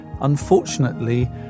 Unfortunately